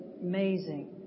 amazing